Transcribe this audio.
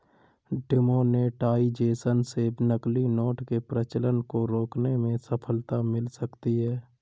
demonetisation से नकली note के प्रचलन को रोकने में सफलता मिल सकती है